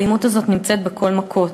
האלימות הזאת נמצאת בכל מקום.